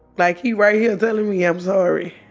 like he right here telling me i'm sorry.